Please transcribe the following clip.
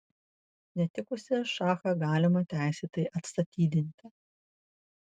netikusį šachą galima teisėtai atstatydinti